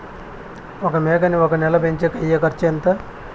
ఒక మేకని ఒక నెల పెంచేకి అయ్యే ఖర్చు ఎంత?